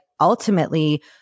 ultimately